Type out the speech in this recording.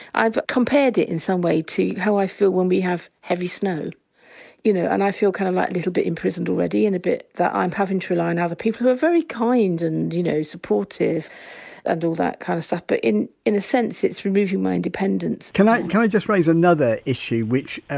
i've compared it, in some way, to how i feel when we have heavy snow you know and i feel kind of like a little bit imprisoned already and a bit that i'm having to rely on other people who are very kind and you know supportive and all that kind of stuff but in in a sense it's removing my independence can i kind of just raise another issue, which ah